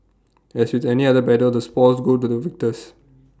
as with the any other battle the spoils go to the victors